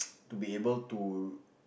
to be able to